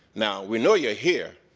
now, we know you're here.